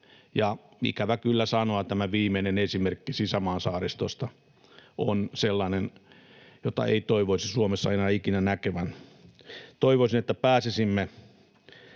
ikävä kyllä tämä viimeinen esimerkki sisämaan saaristosta on sellainen, jota ei toivoisi Suomessa enää ikinä näkevän. Toivoisin, että pääsisimme